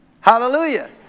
Hallelujah